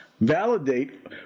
validate